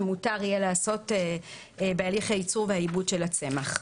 שמותר יהיה לעשות בהליך הייצור והעיבוד של הצמח.